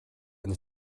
eine